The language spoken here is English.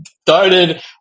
started